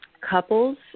couples